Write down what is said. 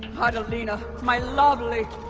halina my lovely